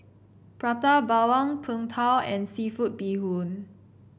Prata Bawang Png Tao and seafood Bee Hoon